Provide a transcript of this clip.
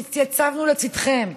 התייצבנו לצידכם,